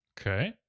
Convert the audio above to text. Okay